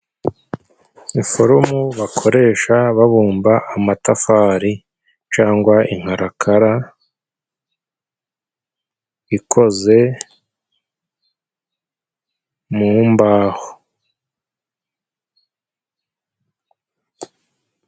Ni forumu bakoresha babumba amatafari cangwa inkarakara ikoze mu mbaho.